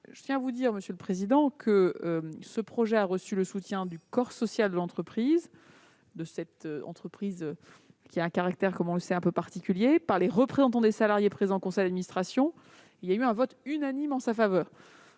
Je tiens à vous dire, monsieur le sénateur, que ce projet a reçu le soutien du corps social de cette entreprise qui a un caractère, comme on le sait, un peu particulier, les représentants des salariés présents au conseil d'administration. Un vote unanime en faveur